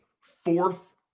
Fourth